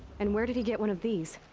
and where did he get one of these?